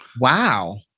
Wow